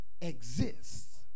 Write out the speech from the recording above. exists